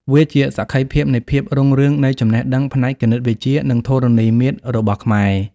វាជាសក្ខីភាពនៃភាពរុងរឿងនៃចំណេះដឹងផ្នែកគណិតវិទ្យា និងធរណីមាត្ររបស់ខ្មែរ។